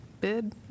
bid